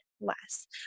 less